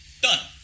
done